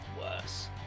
worse